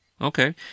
Okay